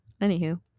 Anywho